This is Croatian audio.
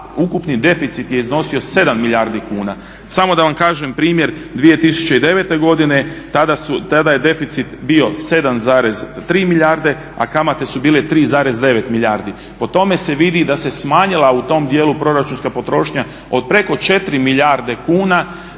ukupni deficit je iznosio 7 milijardi kuna. Samo da vam kažem primjer 2009.godine tada je deficit bio 7,3 milijarde a kamate su bile 3,9 milijardi. Po tome se vidi da se smanjila u tom djelu proračunska potrošnja od preko 4 milijarde kuna,